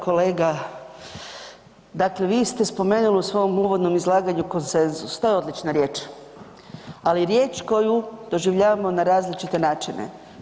Kolega, dakle vi ste spomenuli u svom uvodnom izlaganju konsenzus, to je odlična riječ, ali riječ koju doživljavamo na različite načine.